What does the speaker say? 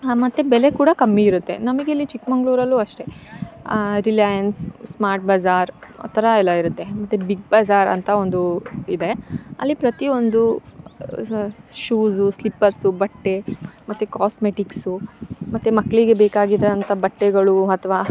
ಹಾಂ ಮತ್ತು ಬೆಲೆ ಕೂಡ ಕಮ್ಮಿ ಇರತ್ತೆ ನಮಗಿಲ್ಲಿ ಚಿಕ್ಕಮಂಗ್ಳೂರಲ್ಲೂ ಅಷ್ಟೇ ರಿಲೈಯೆನ್ಸ್ ಸ್ಮಾರ್ಟ್ ಬಜಾರ್ ಆ ಥರ ಎಲ್ಲ ಇರುತ್ತೆ ಮತ್ತು ಬಿಗ್ ಬಜಾರ್ ಅಂತ ಒಂದು ಇದೆ ಅಲ್ಲಿ ಪ್ರತಿ ಒಂದು ಶೂಸು ಸ್ಲಿಪ್ಪರ್ಸು ಬಟ್ಟೆ ಮತ್ತು ಕಾಸ್ಮೆಟಿಕ್ಸು ಮತ್ತು ಮಕ್ಕಳಿಗೆ ಬೇಕಾಗಿದ್ದಂಥ ಬಟ್ಟೆಗಳು ಅಥವಾ